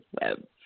web